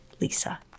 Lisa